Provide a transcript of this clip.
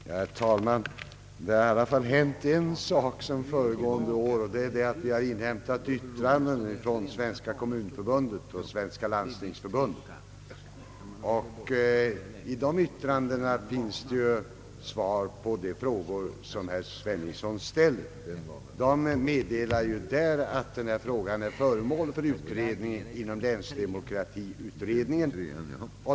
Herr talman! Det har i alla fall hänt en sak sedan föregående år, nämligen att utskottet har inhämtat yttranden från Svenska kommunförbundet och Svenska landstingsförbundet. I dessa yttranden finns svar på de frågor som herr Sveningsson ställer. I yttrandena meddelas att denna fråga är föremål för utredning inom <länsdemokratiutredningen.